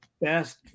best